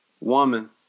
woman